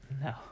no